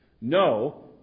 No